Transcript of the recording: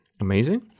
amazing